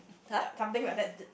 uh something like that d~